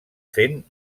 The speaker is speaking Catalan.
fent